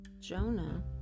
Jonah